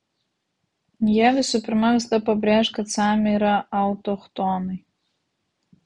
jie visų pirma visada pabrėš kad samiai yra autochtonai